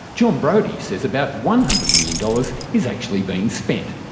jon brodie says about one hundred million dollars is actually being spent.